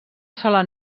sola